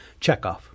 checkoff